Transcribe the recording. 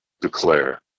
Declare